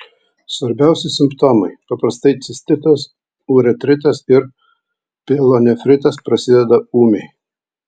svarbiausi simptomai paprastai cistitas uretritas ir pielonefritas prasideda ūmiai